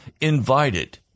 invited